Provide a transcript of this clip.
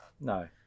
No